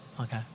Okay